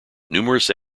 numerous